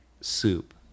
soup